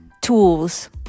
tools